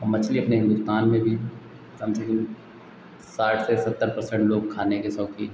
और मछली अपने हिन्दुस्तान में भी कम से कम साठ से सत्तर पर्सेन्ट लोग खाने के शौक़ीन हैं